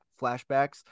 flashbacks